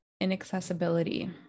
inaccessibility